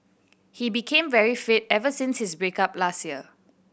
he became very fit ever since his break up last year